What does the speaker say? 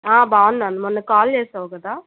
బాగున్నాను మొన్న కాల్ చేసావు కదా